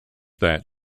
that